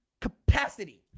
capacity